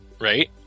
right